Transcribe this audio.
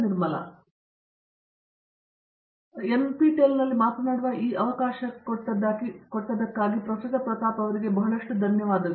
ನಿರ್ಮಲ ಎನ್ಪಿಟಿಇಎಲ್ನಲ್ಲಿ ಮಾತನಾಡುವ ಈ ಅವಕಾಶಕ್ಕಾಗಿ ಪ್ರತಾಪ್ಗೆ ಬಹಳಷ್ಟು ಧನ್ಯವಾದಗಳು